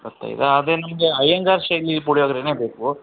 ಸತ್ಯ ಈಗ ಅದೇ ನಮಗೆ ಅಯ್ಯಂಗಾರ್ ಶೈಲಿ ಪುಳಿಯೋಗರೆನೇ ಬೇಕು